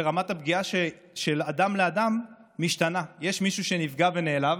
ורמת הפגיעה משתנה מאדם לאדם: יש מישהו שנפגע ונעלב,